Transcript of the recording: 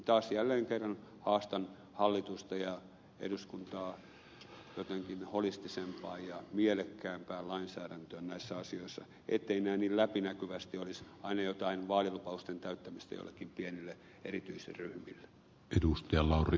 taas jälleen kerran haastan hallitusta ja eduskuntaa jotenkin holistisempaan ja mielekkäämpään lainsäädäntöön näissä asioissa ettei tämä niin läpinäkyvästi olisi aina jotain vaalilupausten täyttämistä joillekin pienille erityisryhmille